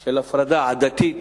של הפרדה עדתית,